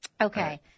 Okay